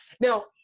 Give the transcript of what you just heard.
Now